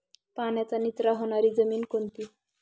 पाण्याचा निचरा होणारी जमीन कोणती?